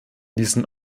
diesen